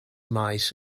maes